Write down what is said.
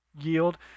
yield